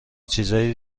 چیزای